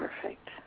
perfect